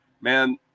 Man